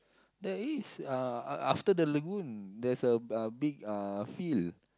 there is uh uh after the lagoon there's a a big uh field